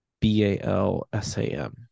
B-A-L-S-A-M